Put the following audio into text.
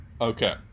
okay